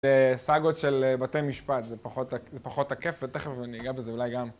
זה סגות של בתי משפט, זה פחות תקף, ותכף אני אגע בזה אולי גם.